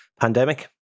pandemic